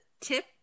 tip